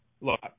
Look